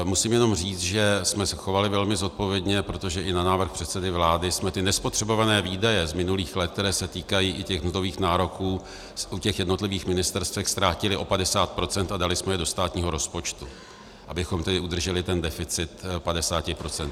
Musím jenom říct, že jsme se chovali velmi zodpovědně, protože i na návrh předsedy vlády jsme nespotřebované výdaje z minulých let, které se týkají i mzdových nároků u jednotlivých ministerstev, zkrátili o 50 % a dali jsme je do státního rozpočtu, abychom tedy udrželi ten deficit 50 %.